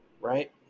Right